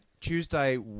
Tuesday